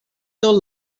tot